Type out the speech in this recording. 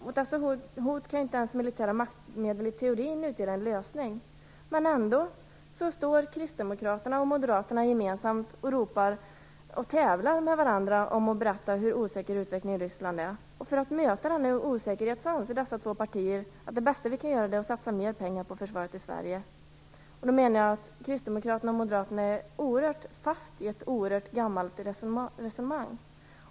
Mot dessa hot kan inte militära maktmedel ens i teorin utgöra en lösning. Ändå tävlar kristdemokraterna och moderaterna med varandra i att berätta om hur osäker utvecklingen i Ryssland är. För att möta denna osäkerhet anser dessa två partier att det bästa vi kan göra är att satsa mer pengar på försvaret i Sverige. Jag menar att kristdemokraterna och moderaterna är fast i ett oerhört gammalt resonemang.